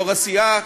או יושב-ראש הסיעה,